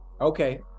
Okay